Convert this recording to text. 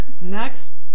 Next